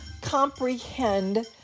comprehend